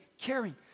caring